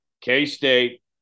K-State